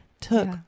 took